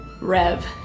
Rev